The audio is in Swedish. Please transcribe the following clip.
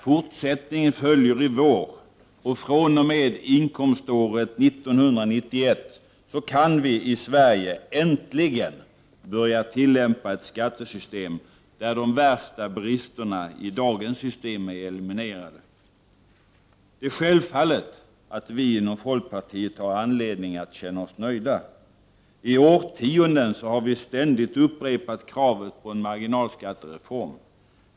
Fortsättning följer i vår, och fr.o.m. inkomståret 1991 kan vi i Sverige äntligen börja tillämpa ett skattesystem där de värsta bristerna i dagens system är eliminerade. Det är självklart att vi inom folkpartiet har anledning att känna oss nöjda. I årtionden har vi ständigt upprepat kravet på en marginalskattereform.